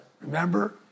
Remember